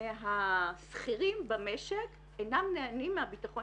מהשכירים במשק אינם נהנים מהביטחון